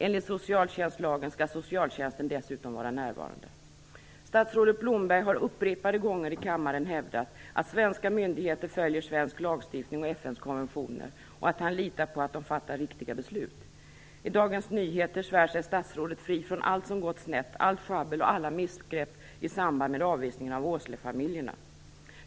Enligt socialtjänstlagen skall socialtjänsten dessutom vara närvarande. Statsrådet Blomberg har upprepade gånger i kammaren hävdat att svenska myndigheter följer svensk lagstiftning och FN:s konventioner och att han litar på att de fattar riktiga beslut. I Dagens Nyheter svär sig statsrådet fri från allt som gått snett, allt sjabbel och alla missgrepp i samband med avvisningen av Åselefamiljerna.